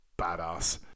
badass